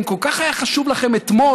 אם כל כך היה חשוב לכם אתמול